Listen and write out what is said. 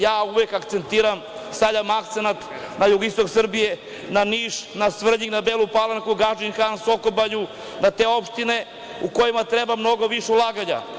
Ja uvek stavljam akcenat na jugoistok Srbije, na Niš, na Svrljig, na Belu Palanku, Gadžin Han, Sokobanju, na te opštine u kojima treba mnogo više ulaganja.